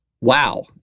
wow